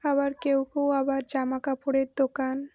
আবার কেউ কেউ আবার জামা কাপড়ের দোকান